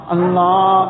Allah